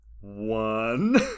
one